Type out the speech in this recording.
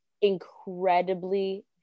incredibly